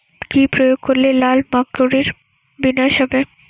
কি প্রয়োগ করলে লাল মাকড়ের বিনাশ হবে?